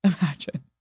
imagine